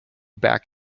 back